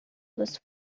was